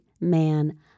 man